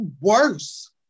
worse